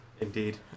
Indeed